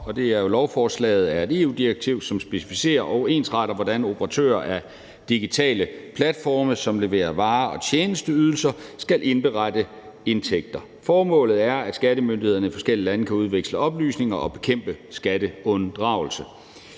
Det er et lovforslag om et EU-direktiv, som specificerer og ensretter, hvordan operatører af digitale platforme, som leverer varer og tjenesteydelser, skal indberette deres indtægter. Formålet er, at skattemyndighederne i de forskellige lande kan udveksle oplysninger og bekæmpe skatteunddragelse.